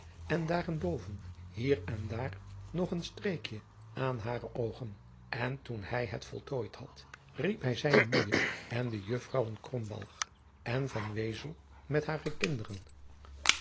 en daarenboven hier en daar nog een streekje aan hare oogen en toen hij het voltooid had riep hij zijne oeije en de uffrouwen en met hare kinderen